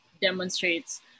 demonstrates